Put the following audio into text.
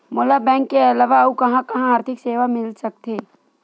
मोला बैंक के अलावा आऊ कहां कहा आर्थिक सेवा मिल सकथे?